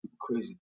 crazy